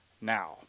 now